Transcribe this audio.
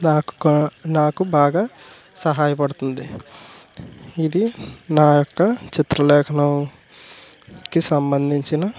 నాకు కా నాకు బాగా సహాయపడుతుంది ఇది నా యొక్క చిత్రలేఖనాకి సంబంధించిన